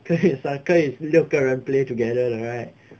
starter 也是可以六个人 play together 的 right